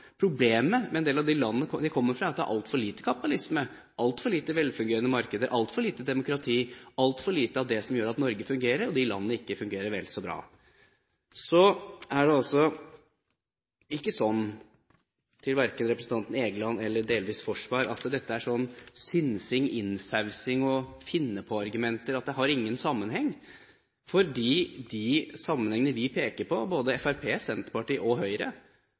problemet i en del av de landene at det er altfor lite kapitalisme, altfor lite velfungerende markeder, altfor lite demokrati, altfor lite av det som gjør at Norge fungerer, og at de landene ikke fungerer. Til representantene Egeland og Forsberg: Dette er ikke sånn synsing, innsausing og finne-på-argumenter som ikke har noen sammenheng, for de sammenhengene vi i Fremskrittspartiet, Senterpartiet og Høyre